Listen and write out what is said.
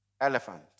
Elephant